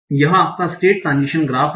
तो यह आपका स्टेट ट्रंजीशन ग्राफ है